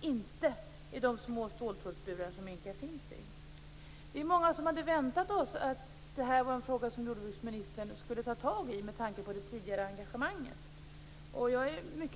inte uppfylls i de små ståltrådsburar minkar hålls i. Vi är många som hade väntat oss att jordbruksministern med tanke på hennes tidigare engagemang skulle ha agerat i frågan.